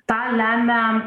tą lemia